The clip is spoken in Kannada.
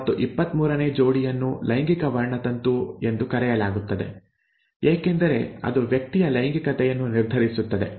ಮತ್ತು 23ನೇ ಜೋಡಿಯನ್ನು ಲೈಂಗಿಕ ವರ್ಣತಂತು ಎಂದು ಕರೆಯಲಾಗುತ್ತದೆ ಏಕೆಂದರೆ ಅದು ವ್ಯಕ್ತಿಯ ಲೈಂಗಿಕತೆಯನ್ನು ನಿರ್ಧರಿಸುತ್ತದೆ